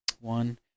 one